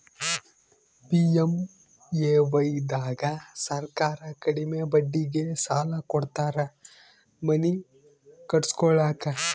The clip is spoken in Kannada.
ಪಿ.ಎಮ್.ಎ.ವೈ ದಾಗ ಸರ್ಕಾರ ಕಡಿಮಿ ಬಡ್ಡಿಗೆ ಸಾಲ ಕೊಡ್ತಾರ ಮನಿ ಕಟ್ಸ್ಕೊಲಾಕ